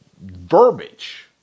verbiage